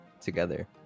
together